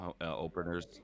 openers